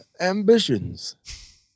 ambitions